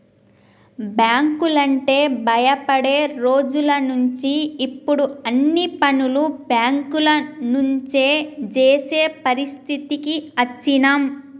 బ్యేంకులంటే భయపడే రోజులనుంచి ఇప్పుడు అన్ని పనులు బ్యేంకుల నుంచే జేసే పరిస్థితికి అచ్చినం